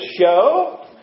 show